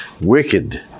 wicked